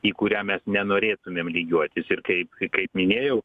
į kurią mes nenorėtumėm lygiuotis ir kaip kaip minėjau